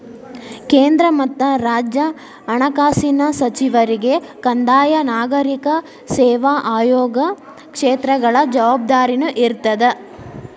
ಕೇಂದ್ರ ಮತ್ತ ರಾಜ್ಯ ಹಣಕಾಸಿನ ಸಚಿವರಿಗೆ ಕಂದಾಯ ನಾಗರಿಕ ಸೇವಾ ಆಯೋಗ ಕ್ಷೇತ್ರಗಳ ಜವಾಬ್ದಾರಿನೂ ಇರ್ತದ